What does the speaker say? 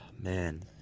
Man